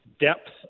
depth